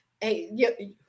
Hey